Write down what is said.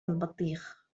البطيخ